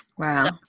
Wow